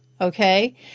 okay